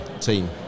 team